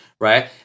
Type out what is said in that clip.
right